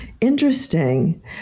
Interesting